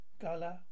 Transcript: gala